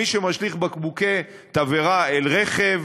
מי שמשליך בקבוקי תבערה אל רכב,